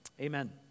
Amen